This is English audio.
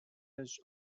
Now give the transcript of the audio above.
has